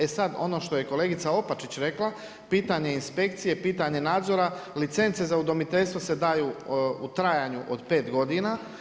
E sad, ono što je kolegica Opačić rekla, pitanje inspekcije, pitanje nadzora, licence za udomiteljstvo se daju u trajanju od 5 godina.